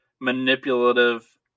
manipulative